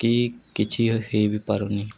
କି କିଛି ହେଇ ବି ପାରୁନି